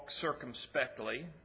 circumspectly